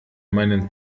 meinen